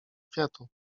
kwiatu